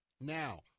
now